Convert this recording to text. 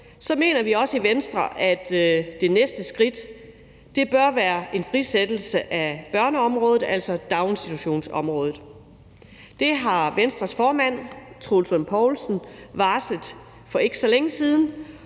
så mener vi også i Venstre, at det næste skridt bør være en frisættelse af daginstitutionsområdet. Det har Venstres formand, Troels Poulsen, varslet for ikke så længe siden,